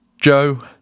joe